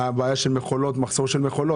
בשל הבעיה של מחסור במכולות.